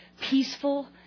peaceful